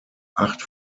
acht